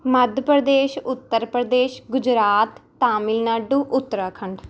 Madhya Pradesh Uttar Pradesh Gujarat Tamil Nadu Uttarakhand